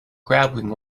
grabbing